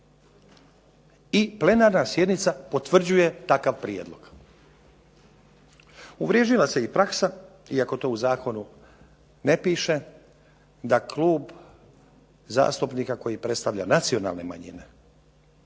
i plenarna sjednica potvrđuje takav prijedlog. Uvriježila se i praksa, iako to u zakonu ne piše, da klub zastupnika koji predstavlja nacionalne manjine